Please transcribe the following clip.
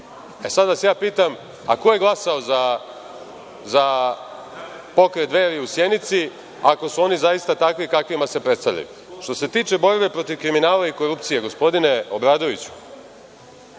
Sada vas pitam, ko je glasao za Pokret Dveri u Sjenici, ako su oni zaista takvi kakvima se predstavljaju? Što se tiče borbe protiv kriminala i korupcije, gospodine Obradoviću,